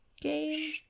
game